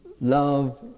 love